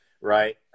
right